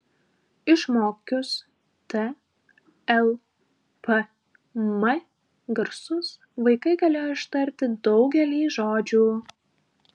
išmokius t l p m garsus vaikai galėjo ištarti daugelį žodžių